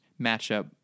matchup